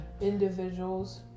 individuals